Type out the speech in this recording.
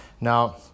Now